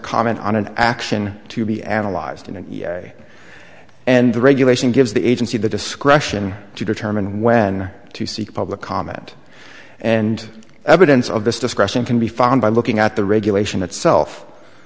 comment on an action to be analyzed in and say and the regulation gives the agency the discretion to determine when to seek public comment and evidence of this discretion can be found by looking at the regulation itself